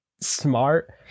smart